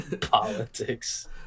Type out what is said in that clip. politics